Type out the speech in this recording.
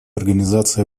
организация